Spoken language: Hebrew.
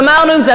גמרנו עם זה.